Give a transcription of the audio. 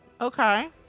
Okay